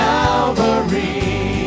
Calvary